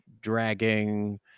dragging